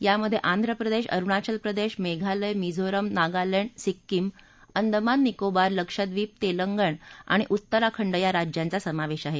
यामधे आंध्रप्रदेश अरुणाचल प्रदेश मेघालय मिझोरम नागालँड सिक्कीम अंदमान निकोबार लक्षद्विप तेलंगणा आणि उत्तराखंड या राज्यांचा समावेश आहे